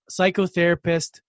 psychotherapist